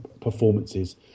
performances